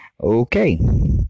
okay